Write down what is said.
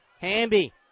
Hamby